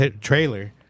trailer